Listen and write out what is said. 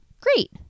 Great